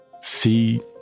see